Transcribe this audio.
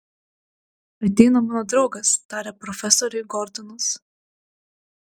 ateina mano draugas tarė profesoriui gordonas